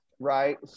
right